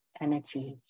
energies